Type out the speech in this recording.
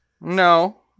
No